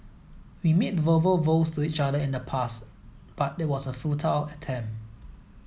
we made verbal vows to each other in the past but it was a futile attempt